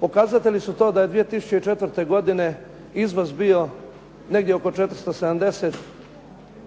Pokazatelji su to da je 2004. godine izvoz bio negdje oko 470